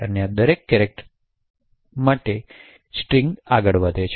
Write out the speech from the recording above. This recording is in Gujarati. હવે આ દરેક કેરેક્ટર માટે સ્ટ્રિંગ માટે આગળ વધે છે